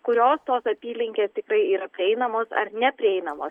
kurios tos apylinkės tikrai yra prieinamos ar neprieinamos